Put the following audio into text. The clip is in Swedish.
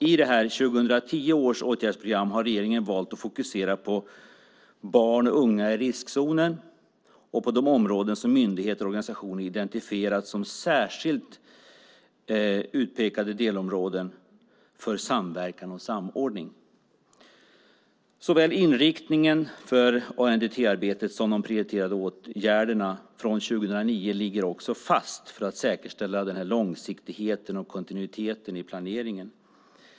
I 2010 års åtgärdsprogram har regeringen valt att fokusera på barn och unga i riskzonen samt på de områden som myndigheter och organisationer identifierat som särskilt utpekade delområden för samverkan och samordning. Såväl inriktningen för ANDT-arbetet som de prioriterade åtgärderna från 2009 ligger fast för att säkerställa långsiktigheten och kontinuiteten i planeringen.